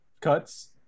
cuts